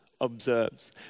observes